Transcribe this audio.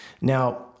Now